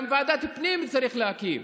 גם ועדת פנים צריך להקים